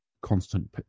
constant